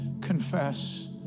confess